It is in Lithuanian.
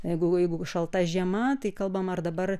jeigu jeigu šalta žiema tai kalbama ar dabar